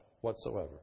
whatsoever